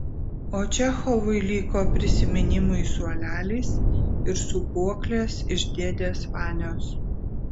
o čechovui liko prisiminimui suolelis ir sūpuoklės iš dėdės vanios